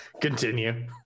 Continue